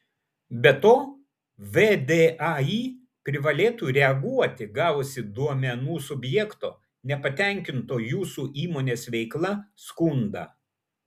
be to vdai privalėtų reaguoti gavusi duomenų subjekto nepatenkinto jūsų įmonės veikla skundą